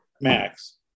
Max